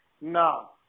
No